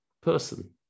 person